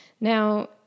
Now